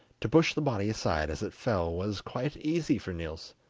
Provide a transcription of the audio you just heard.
to push the body aside as it fell was quite easy for niels,